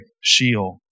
shield